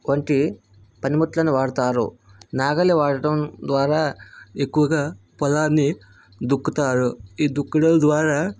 వంటి పనిముట్లను వాడుతారు నాగలి వాడటం ద్వారా ఎక్కువగా పొలాన్ని దున్నుతారు ఈ దున్నడం ద్వారా